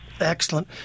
Excellent